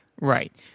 Right